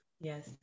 Yes